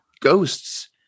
ghosts